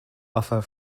offer